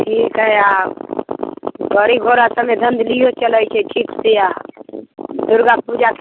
ठीक हय आउ गाड़ी घोड़ा सबमे गंदगिए चलै छै दुर्गा पूजा